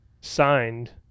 signed